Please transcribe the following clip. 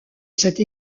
cette